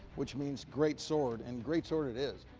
which means great sword. and great sword it is.